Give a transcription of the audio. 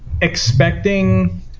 expecting